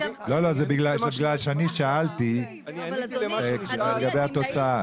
לא, לא, זה בגלל שאני שאלתי לגבי התוצאה.